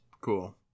cool